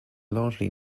largely